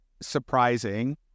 surprising